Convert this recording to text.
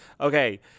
Okay